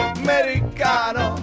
americano